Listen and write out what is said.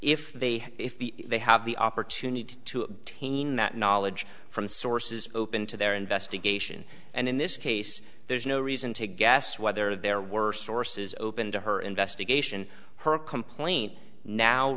if they if the they have the opportunity to obtain that knowledge from sources open to their investigation and in this case there's no reason to guess whether their worst source is open to her investigation her complaint now